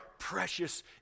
precious